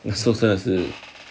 the 受伤的事